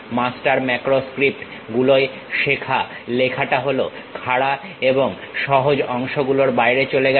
master macro script গুলোয় শেখা লেখটা হলো খাড়া এবং সহজ অংশগুলোর বাইরে চলে গেছে